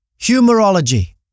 Humorology